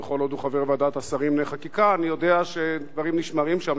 וכל עוד הוא חבר בוועדת השרים לחקיקה אני יודע שדברים נשמרים שם.